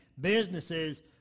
businesses